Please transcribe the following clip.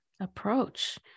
approach